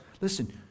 Listen